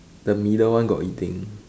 the middle one got eating